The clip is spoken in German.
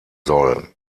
soll